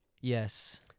Yes